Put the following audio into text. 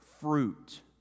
fruit